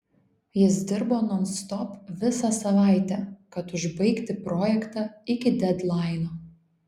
jis dirbo nonstop visą savaitę kad užbaigti projektą iki dedlaino